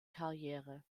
karriere